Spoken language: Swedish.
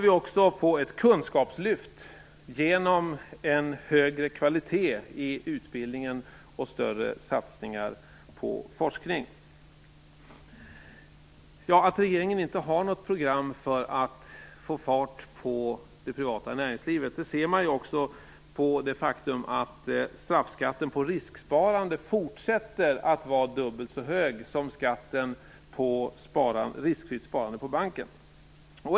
Vidare måste vi få ett kunskapslyft genom en högre kvalitet i utbildningen och genom större satsningar på forskning. Att regeringen inte har något program för att få fart på det privata näringslivet märks också på det faktum att straffskatten på risksparande fortsätter att vara dubbelt så hög som skatten på riskfritt sparande på banken.